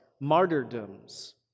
martyrdoms